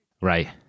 Right